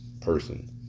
person